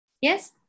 Yes